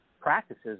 practices